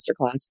Masterclass